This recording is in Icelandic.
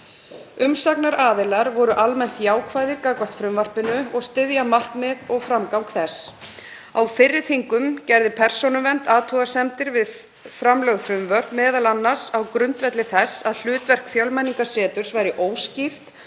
Umsagnaraðilar voru almennt jákvæðir gagnvart frumvarpinu og styðja markmið og framgang þess. Á fyrri þingum gerði Persónuvernd athugasemdir við framlögð frumvörp, m.a. á grundvelli þess að hlutverk Fjölmenningarseturs væri óskýrt